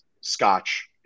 Scotch